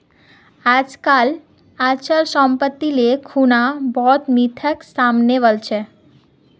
आजकल अचल सम्पत्तिक ले खुना बहुत मिथक सामने वल छेक